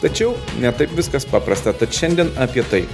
tačiau ne taip viskas paprasta tad šiandien apie tai